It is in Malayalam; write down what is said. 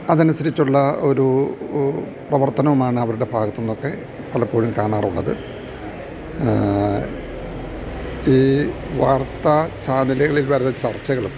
അതനുസരിച്ചുള്ള ഒരു പ്രവർത്തനവുമാണ് അവരുടെ ഭാഗത്ത് നിന്നൊക്കെ പലപ്പോഴും കാണാറുള്ളത് ഈ വാർത്താ ചാനലുകളിൽ വരുന്ന ചർച്ചകളും